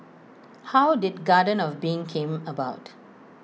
how did garden of being came about